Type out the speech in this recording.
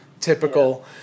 typical